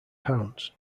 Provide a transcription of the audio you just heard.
pounds